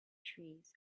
trees